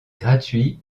gratuit